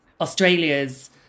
Australia's